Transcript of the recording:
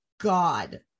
God